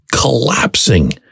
collapsing